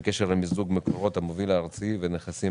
בקשר למיזוג מקורות המוביל הארצי ונכסים